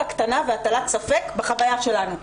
הקטנה והטלת ספק בחוויות שלנו,